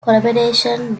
collaborations